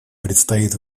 предстоит